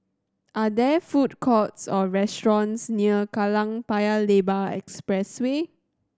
are there food courts or restaurants near Kallang Paya Lebar Expressway